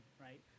right